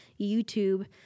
youtube